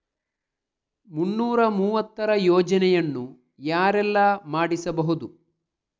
ಮುನ್ನೂರ ಮೂವತ್ತರ ಯೋಜನೆಯನ್ನು ಯಾರೆಲ್ಲ ಮಾಡಿಸಬಹುದು?